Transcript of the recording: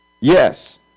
Yes